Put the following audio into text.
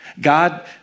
God